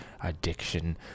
addiction